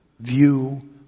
view